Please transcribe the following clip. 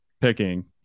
picking